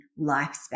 lifespan